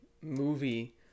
movie